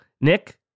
Nick